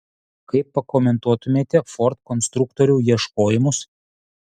kaip pakomentuotumėte ford konstruktorių ieškojimus